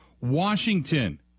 Washington